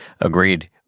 Agreed